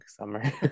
summer